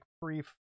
brief